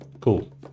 Cool